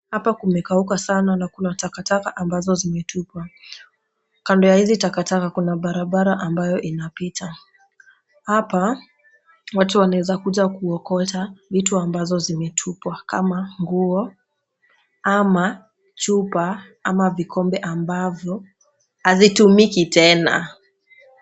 Hapa kumekauka sana na kuna takataka ambazo zimetupwa. Kando ya hizi takataka kuna barabara ambayo inapita. Hapa watu wanaweza kuja kuokota vitu ambazo zimetupwa kama: nguo, ama chupa, ama vikombe ambavyo havitumiki tena.